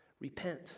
Repent